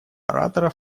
оратора